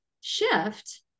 shift